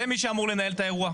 זה מי שאמור לנהל את האירוע.